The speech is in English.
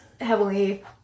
heavily